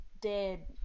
dead